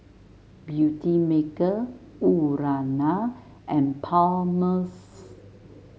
Beautymaker Urana and Palmer's